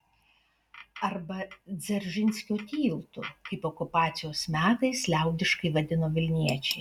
arba dzeržinskio tiltu kaip okupacijos metais liaudiškai vadino vilniečiai